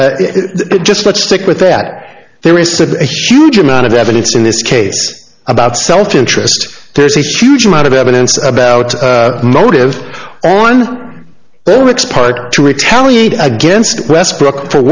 let's stick with that there is a huge amount of evidence in this case about self interest there's a huge amount of evidence about motive on the mix part to retaliate against westbrook for